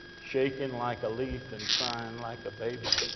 shaking like a leaf, and crying like a baby,